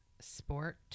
sport